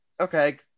okay